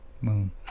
Moon